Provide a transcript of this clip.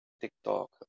TikTok